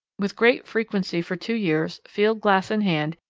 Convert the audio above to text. with great frequency for two years, field glass in hand,